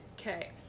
Okay